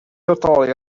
totally